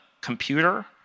computer